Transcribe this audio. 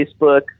Facebook